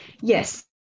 Yes